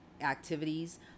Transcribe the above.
activities